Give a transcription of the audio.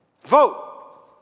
Vote